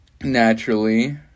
naturally